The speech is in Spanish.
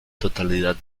totalidad